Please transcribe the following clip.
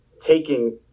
taking